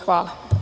Hvala.